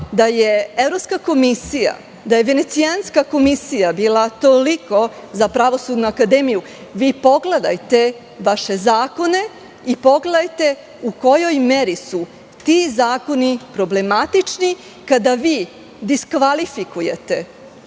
da je Evropska komisija, da je Venecijanska komisija bila toliko za Pravosudnu akademiju. Pogledajte vaše zakone i pogledajte u kojoj meri su ti zakoni problematični kada vi diskvalifikujete